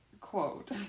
quote